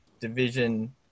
division